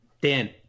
Dan